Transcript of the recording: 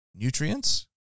nutrients